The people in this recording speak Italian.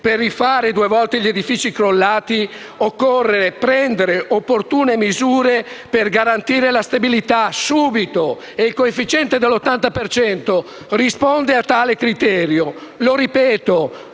per rifare due volte gli edifici crollati, occorre prendere opportune misure per garantirne subito la stabilità; e il coefficiente dell'80 per cento risponde a tale criterio.